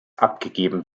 abgegeben